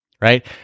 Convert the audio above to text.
right